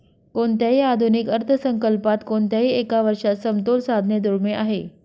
कोणत्याही आधुनिक अर्थसंकल्पात कोणत्याही एका वर्षात समतोल साधणे दुर्मिळ आहे